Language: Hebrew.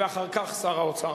ואחר כך, שר האוצר.